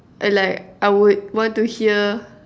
and like I would want to hear